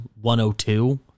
102